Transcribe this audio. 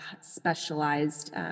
specialized